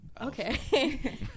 Okay